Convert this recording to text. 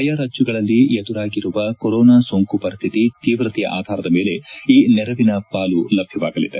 ಆಯಾ ರಾಜ್ವಗಳಲ್ಲಿ ಎದುರಾಗಿರುವ ಕೊರೊನಾ ಸೋಂಕು ಪರಿಸ್ಥಿತಿ ತೀವ್ರತೆಯ ಆಧಾರದ ಮೇಲೆ ಈ ನೆರವಿನ ಪಾಲು ಲಭ್ಡವಾಗಲಿದೆ